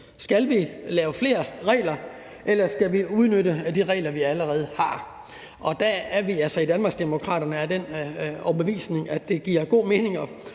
Skal vi lave flere regler, eller skal vi udnytte de regler, vi allerede har? Der er vi altså i Danmarksdemokraterne af den overbevisning, at det giver god mening i